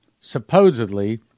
supposedly